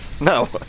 No